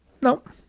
Nope